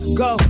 go